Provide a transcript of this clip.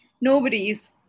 nobody's